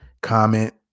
comment